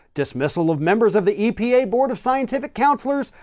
dismissal of members of the epa board of scientific counselors,